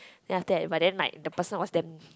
then after that but then like the person was damn